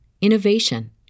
innovation